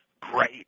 Great